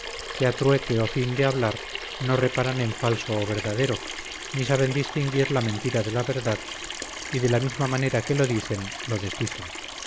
a trueque o fin de hablar no reparan en falso o verdadero ni saben distinguir la mentira de la verdad y de la misma manera que lo dicen lo desdicen